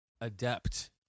Adept